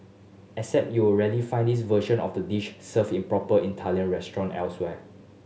except you'll rarely find this version of the dish served in proper Italian restaurant elsewhere